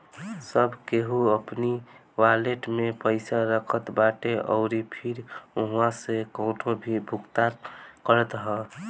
सब केहू अपनी वालेट में पईसा रखत बाटे अउरी फिर उहवा से कवनो भी भुगतान करत हअ